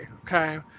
Okay